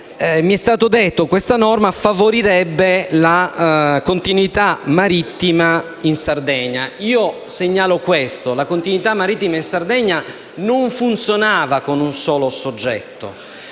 Mi è stato detto che questa norma favorirebbe la continuità marittima in Sardegna. A tal proposito segnalo che la continuità marittima in Sardegna non funzionava con un solo soggetto;